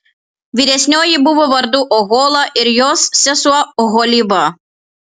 vyresnioji buvo vardu ohola ir jos sesuo oholiba